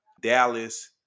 Dallas